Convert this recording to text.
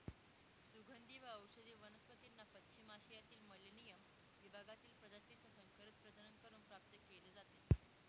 सुगंधी व औषधी वनस्पतींना पश्चिम आशियातील मेलेनियम विभागातील प्रजातीचे संकरित प्रजनन करून प्राप्त केले जाते